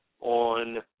on